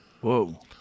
Whoa